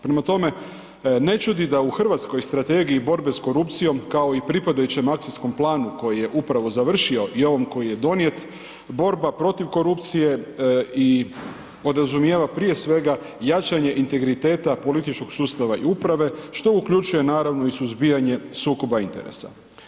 Prema tome ne čudi da u hrvatskoj strategiji borbe sa korupcijom kao i pripadajućem akcijskom planu koji je upravo završio i ovom koji je donijet borba protiv korupcije podrazumijeva prije svega jačanje integriteta političkog sustava i uprave što uključuje naravno i suzbijanje sukoba interesa.